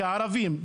כערבים,